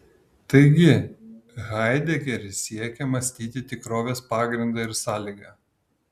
taigi haidegeris siekia mąstyti tikrovės pagrindą ir sąlygą